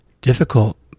difficult